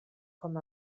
com